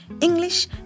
English